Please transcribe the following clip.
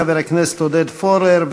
חבר הכנסת עודד פורר,